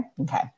Okay